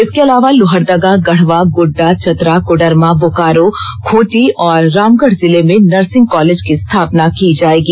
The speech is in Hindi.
इसके अलावा लोहरदगा गढ़वा गोड्डा चतरा कोडरमा बोकारो खूंटी और रामगढ़ जिले में नर्सिंग कॉलेज की स्थापना की जायेगी